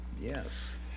Yes